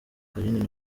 carine